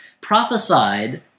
Prophesied